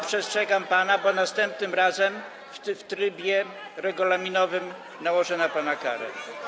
Przestrzegam pana, bo następnym razem w trybie regulaminowym nałożę na pana karę.